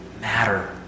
matter